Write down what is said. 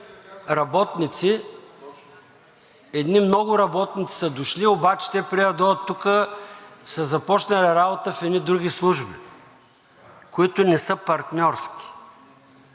работници, едни много работници са дошли, обаче те преди да дойдат тук, са започнали работа в едни други служби, които не са партньорски.“